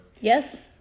Yes